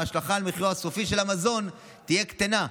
ההשלכה על מחירו הסופי של המזון תהיה קטנה,